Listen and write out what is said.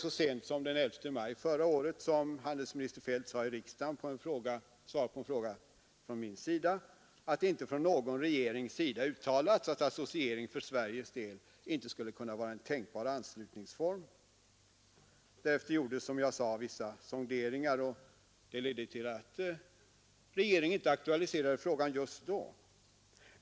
Så sent som den 11 maj förra året sade handelsminister Feldt i riksdagen som svar på en fråga av mig att det inte från någon regerings sida uttalats att associering för Sveriges del inte skulle kunna vara en tänkbar anslutningsform. Därefter gjordes, Som jag sade, vissa sonderingar, som ledde till att regeringen inte aktualiserade frågan just då.